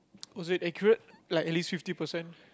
was it accurate like at least fifty percent